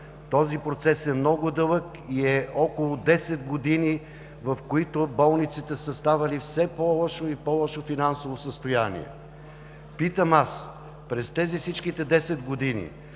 Този процес е много дълъг и е около десет години, в които болниците са ставали във все по-лошо и по-лошо финансово състояние. Питам аз: през тези всичките десет години